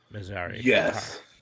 Yes